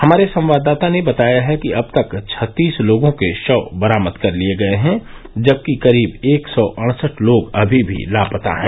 हमारे संवाददाता ने बताया है कि अब तक छत्तीस लोगों के शव बरामद कर लिए गये हैं जबकि करीब एक सौ अड़सठ लोग अभी भी लापता हैं